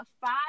Five